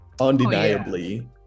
undeniably